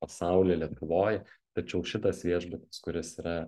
pasauly lietuvoj tačiau šitas viešbutis kuris yra